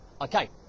Okay